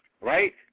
right